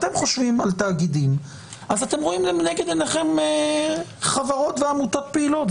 אתם חושבים על תאגידים אז אתם רואים לנגד עיניכם חברות ועמותות פעילות.